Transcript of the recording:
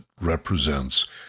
represents